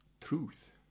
truth